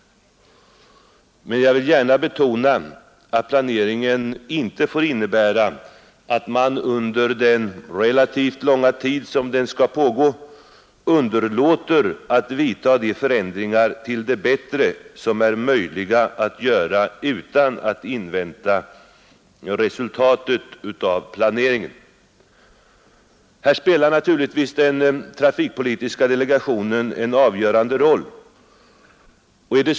Men jag vill gärna betona att planeringen inte får innebära att man under den relativt långa tid som den skall pågå underlåter att vidta de förändringar till det bättre som är möjliga att göra utan att invänta resultatet av planeringen, Här spelar naturligtvis den trafikpolitiska delegationen en avgörande roll.